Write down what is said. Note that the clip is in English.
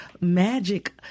magic